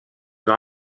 dans